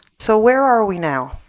so where are we now?